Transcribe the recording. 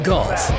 Golf